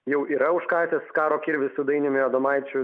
jau yra užkasęs karo kirvį su dainiumi adomaičiu